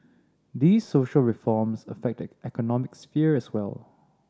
these social reforms affect the economic sphere as well